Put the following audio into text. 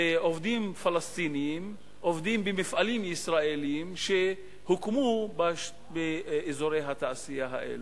ועובדים פלסטינים עובדים במפעלים ישראליים שהוקמו באזורי התעשייה האלה.